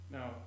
Now